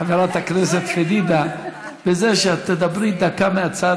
חברת הכנסת פדידה, בזה שאת תדברי דקה מהצד.